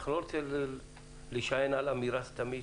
אנחנו לא רוצים להישען על אמירה סתמית.